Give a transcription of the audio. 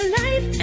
life